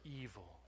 evil